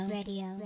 Radio